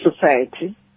society